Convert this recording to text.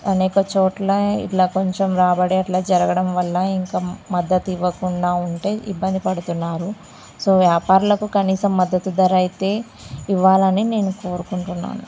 అనేక చోట్ల ఇట్లా కొంచెం రాబడి అట్లా జరగడం వల్ల ఇంకా మద్దతు ఇవ్వకుండా ఉంటే ఇబ్బంది పడుతున్నారు సో వ్యాపారులకు కనీసం మద్దతు ధర అయితే ఇవ్వాలి అని నేను కోరుకుంటున్నాను